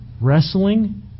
Wrestling